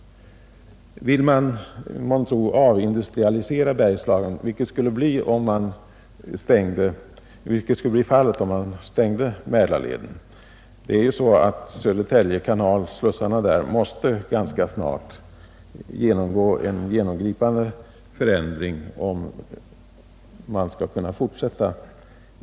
Vill man kanske avindustrialisera hela Bergslagen, vilket skulle bli följden om man stängde Södertälje kanal? Slussarna i Södertälje kanal måste ganska snart genomgå en genomgripande förändring, om sjöfarten där skall kunna fortsätta.